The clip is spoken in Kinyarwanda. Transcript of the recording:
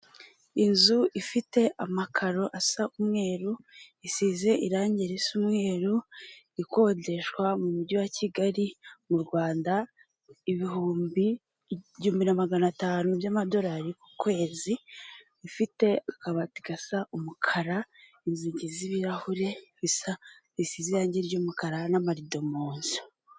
Inzu ifite amakaro asa umweru isize irangi risa umweru, ikodeshwa mu mujyi wa Kigali mu Rwanda, ibihumbi magana atanu by'amadorari ku kwezi bifite akabati gasa umukara inzugi z'ibirahuri, bisize irange ry'umukara n'amarido mu nzu.